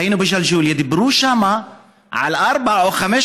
כשהיינו בג'לג'וליה דיברו שם על ארבע או חמש